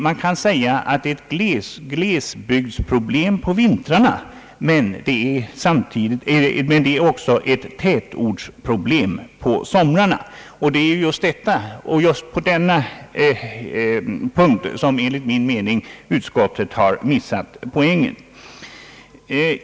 Man kan säga att det är ett glesbygdsproblem på vintrarna, men det är också ett tätortsproblem på somrarna. Det är just på denna punkt som utskottet enligt min mening har missat poängen.